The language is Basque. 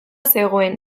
zegoen